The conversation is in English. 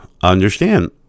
understand